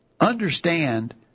understand